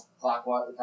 clockwise